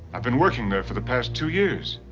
i've been working there for the past two years.